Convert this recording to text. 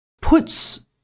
puts